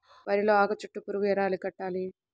వరిలో ఆకు చుట్టూ పురుగు ఎలా అరికట్టాలి?